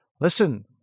listen